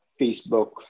facebook